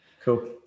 Cool